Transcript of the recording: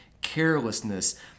carelessness